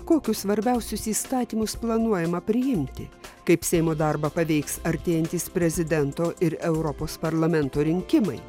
kokius svarbiausius įstatymus planuojama priimti kaip seimo darbą paveiks artėjantys prezidento ir europos parlamento rinkimai